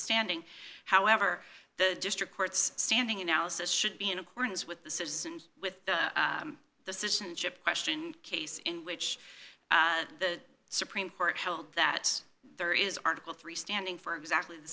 standing however the district courts standing in now says should be in accordance with the citizens with the citizenship question case in which the supreme court held that there is article three standing for exactly the